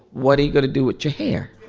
what are you going to do with your hair?